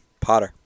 Potter